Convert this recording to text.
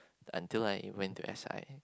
until I went to S_I